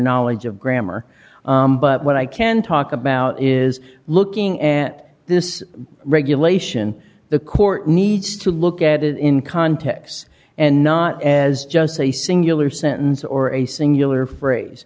knowledge of grammar but what i can talk about is looking at this regulation the court needs to look at it in context and not as just a singular sentence or a singular phrase